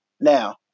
Now